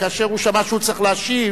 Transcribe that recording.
כאשר הוא שמע שהוא צריך להשיב,